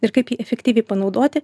ir kaip jį efektyviai panaudoti